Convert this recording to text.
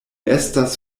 estas